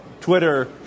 Twitter